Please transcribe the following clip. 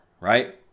Right